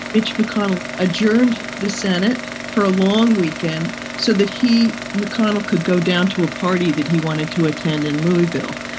mitch mcconnell adjourned the senate for a long weekend so that he, mcconnell could go down to a party that he wanted to attend in louisville.